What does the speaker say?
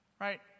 Right